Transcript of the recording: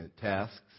tasks